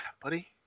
Buddy